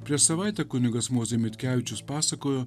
prieš savaitę kunigas mozė mitkevičius pasakojo